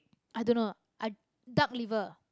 I don't know I Duck liver